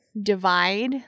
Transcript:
divide